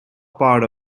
part